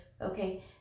okay